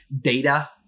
data